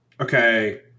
Okay